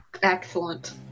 Excellent